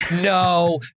no